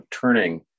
turning